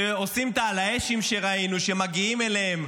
שעושים על האש שראינו, שמגיעים אליהם,